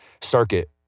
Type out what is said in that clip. circuit